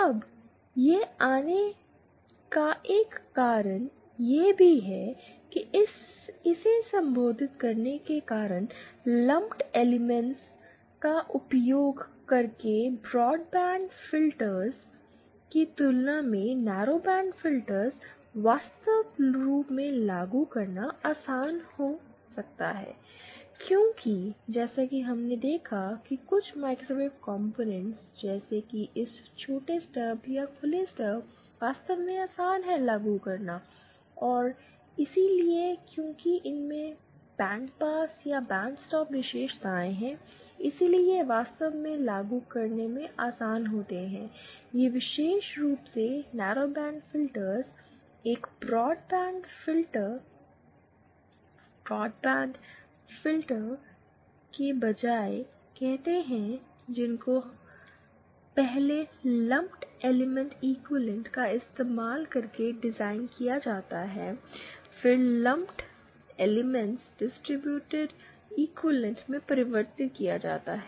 अब यह आने का एक कारण यह भी है कि इसे संबोधित करने के कारण लंप्ड एलिमेंटस तत्वों का उपयोग करके ब्रॉडबैंड फ़िल्टर की तुलना में नैरोबैंड फ़िल्टर वास्तव में लागू करना आसान हो सकता है क्योंकि जैसा कि हमने देखा कि कुछ माइक्रोवेव कॉम्पोनेंट्स जैसे कि इस छोटे स्टब या खुले स्टब वास्तव में आसान हैं लागू करने और इसलिए क्योंकि इनमें बैंड पास या बैंड स्टॉप विशेषताएँ हैं इसलिए वे वास्तव में लागू करने में आसान होते हैं ये विशेष रूप से नैरोबैंड फ़िल्टर एक ब्रॉडबैंड फिल्टर के बजाय कहते हैं जिनको पहले लंप्ड एलिमेंटस इक्विवेलेंट का इस्तेमाल करके डिज़ाइन किया जाता है और फिर लंप्ड एलिमेंटस डिस्ट्रीब्यूटेड इक्विवेलेंट में परिवर्तित जाता है